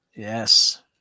Yes